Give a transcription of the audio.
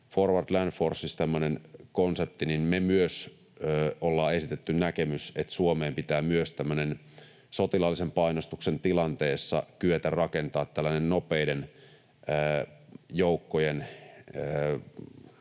kuin Forward Land Forces, me myös ollaan esitetty näkemys, että Suomeen pitää sotilaallisen painostuksen tilanteessa kyetä rakentamaan tällainen nopeiden joukkojen